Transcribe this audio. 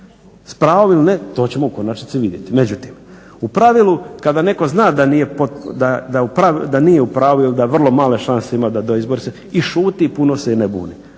s prvom ili ne to ćemo u konačnici vidjeti. Međutim, u pravilu kada neko zna da nije, da nije u pravu ili da vrlo male šanse ima da izbori se i šuti puno se i ne buni,